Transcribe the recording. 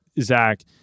zach